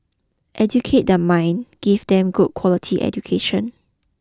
educate their mind give them good quality education